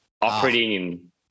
operating